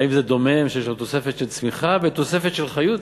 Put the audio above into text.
האם זה דומם שיש לו תוספת של צמיחה ותוספת של חיות?